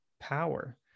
power